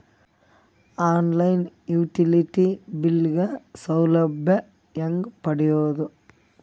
On line utility bill ಗ ಸೌಲಭ್ಯ ಹೇಂಗ ಪಡೆಯೋದು?